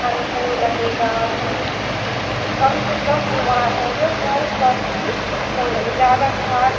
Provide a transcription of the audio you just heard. अनुकूल रहेगा और हम कम से कम बीमार होंगे और हमारा स्वास्थ्य भी सही रहे ज़्यादा खाद